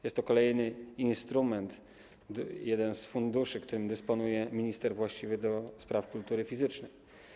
Jest to kolejny instrument, jeden z funduszy, którym dysponuje minister właściwy do spraw kultury fizycznej.